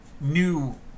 new